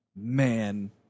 Man